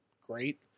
great